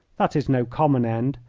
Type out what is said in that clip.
that is no common end,